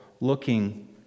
looking